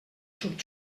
xup